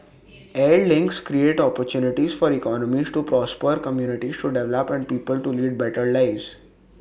air links create opportunities for economies to prosper communities to develop and people to lead better lives